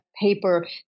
paper